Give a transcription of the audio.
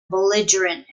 belligerent